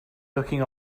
looking